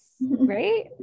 Right